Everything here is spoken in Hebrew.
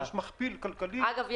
אגב,